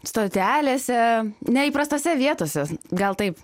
stotelėse neįprastose vietose gal taip